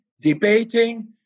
debating